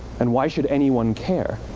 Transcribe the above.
and why should anyone care?